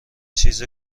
چیز